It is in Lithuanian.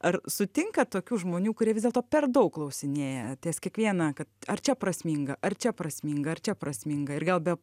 ar sutinkat tokių žmonių kurie vis dėlto per daug klausinėja ties kiekviena kad ar čia prasminga ar čia prasminga ar čia prasminga ir gal be